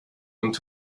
und